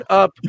up